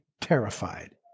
terrified